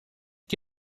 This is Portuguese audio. que